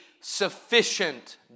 sufficient